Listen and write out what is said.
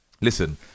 listen